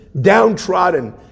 downtrodden